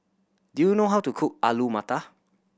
do you know how to cook Alu Matar